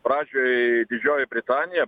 pradžioj didžioji britanija